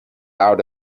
out